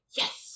yes